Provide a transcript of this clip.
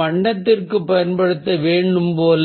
வண்ணத்திற்கு பயன்படுத்த வேண்டிய சொல்